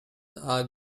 are